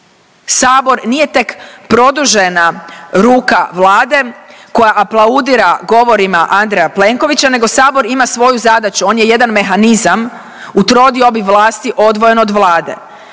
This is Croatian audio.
Sabor nije tek produžena ruka Vlade koja aplaudira govorima Andreja Plenkovića nego Sabor ima svoju zadaću, on je jedan mehanizam u trodiobi vlasti odvojen od Vlade